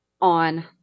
on